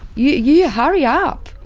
you yeah hurry up.